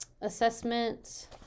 assessment